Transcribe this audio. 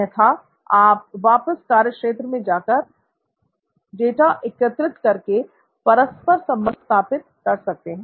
अन्यथा आप वापस कार्यक्षेत्र में जाकर डाटा एकत्रित करके परस्पर संबंध स्थापित कर सकते हैं